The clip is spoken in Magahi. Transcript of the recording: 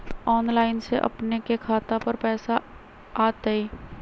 ऑनलाइन से अपने के खाता पर पैसा आ तई?